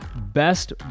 best